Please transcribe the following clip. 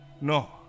no